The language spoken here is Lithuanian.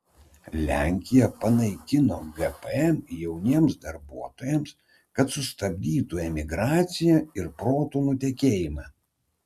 lenkija panaikino gpm jauniems darbuotojams kad sustabdytų emigraciją ir protų nutekėjimą